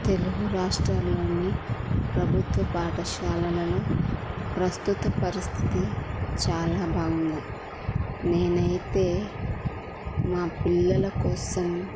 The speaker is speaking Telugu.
తెలుగు రాష్ట్రంలోని ప్రభుత్వ పాఠశాలలో ప్రస్తుత పరిస్థితి చాలా బాగుంది నేనైతే మా పిల్లల కోసం